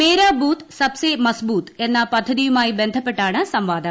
മേരാ booth സബ്സേ മസ്ബൂത് എന്ന പദ്ധതിയുമായി ബന്ധപ്പെട്ടാണ് സംവാദം